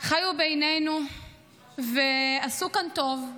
חיו בינינו ועשו כאן טוב,